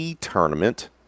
tournament